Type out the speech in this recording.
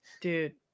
dude